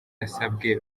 yasabwe